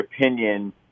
opinion